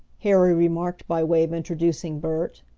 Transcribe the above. harry remarked by way of introducing bert.